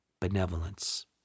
benevolence